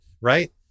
right